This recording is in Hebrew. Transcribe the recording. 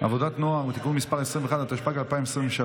עבודת הנוער (תיקון מס' 21), התשפ"ג 2023,